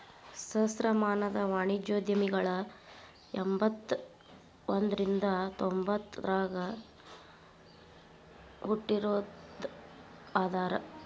ಸಹಸ್ರಮಾನದ ವಾಣಿಜ್ಯೋದ್ಯಮಿಗಳ ಎಂಬತ್ತ ಒಂದ್ರಿಂದ ತೊಂಬತ್ತ ಆರಗ ಹುಟ್ಟಿದೋರ ಅದಾರ